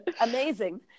amazing